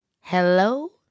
Hello